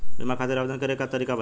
बीमा खातिर आवेदन करे के तरीका बताई?